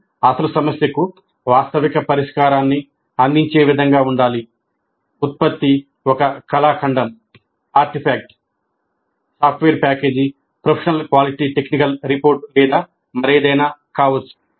ఇది అసలు సమస్యకు వాస్తవిక పరిష్కారాన్ని అందించే విధంగా ఉండాలి